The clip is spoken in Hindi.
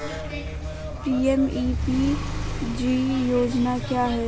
पी.एम.ई.पी.जी योजना क्या है?